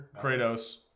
Kratos